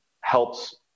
helps